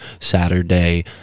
saturday